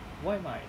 外卖